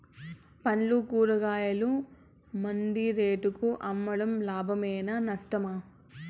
పండ్లు కూరగాయలు మండి రేట్లకు అమ్మడం లాభమేనా నష్టమా?